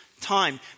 time